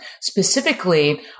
Specifically